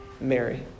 Mary